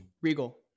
Regal